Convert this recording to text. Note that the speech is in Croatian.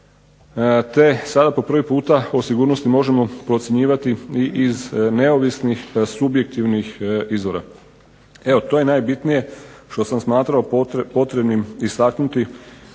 te sada po prvi puta o sigurnosti možemo procjenjivati i iz neovisnih subjektivnih izvora. Evo to je najbitnije što sam smatrao potrebnim istaknuti